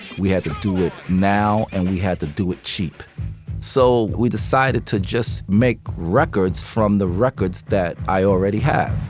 we had to do it now and we had to do it cheap so we decided to just make records from the records that i already had